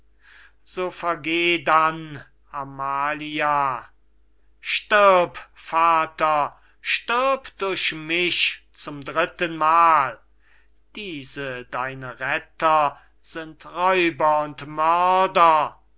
so vergeh dann amalia stirb vater stirb durch mich zum drittenmal diese deine retter sind räuber und mörder